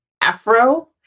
Afro